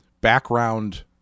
background